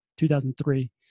2003